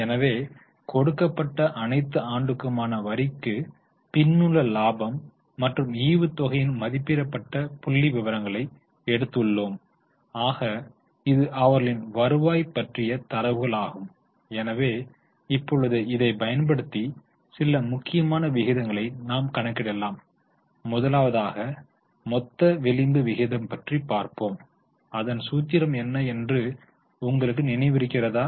எனவே கொடுக்கப்பட்ட அணைத்து ஆண்டுக்குமான வரிக்கு பின்னுள்ள லாபம் மற்றும் ஈவுத்தொகையின் மதிப்பிடப்பட்ட புள்ளிவிவரங்களை எடுத்துள்ளோம் ஆக இது அவர்களின் வருவாய் பற்றிய தரவுகளாகும் எனவே இப்பொழுது இதை பயன்படுத்தி சில முக்கியமான விகிதங்களை நாம் கணக்கிடலாம் முதலாவதாக மொத்த விளிம்பு விகிதம் பற்றி பார்ப்போம் அதன் சூத்திரம் என்ன என்று உங்களுக்கு நினைவு இருக்கிறதா